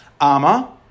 Ama